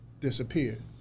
disappeared